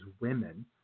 women